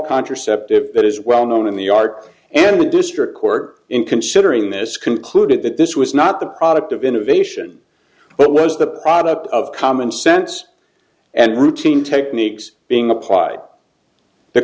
contraceptive that is well known in the art and the district court in considering this concluded that this was not the product of innovation but was the product of common sense and routine techniques being applied the